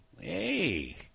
Hey